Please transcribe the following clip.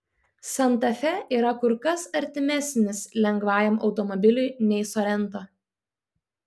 santa fe yra kur kas artimesnis lengvajam automobiliui nei sorento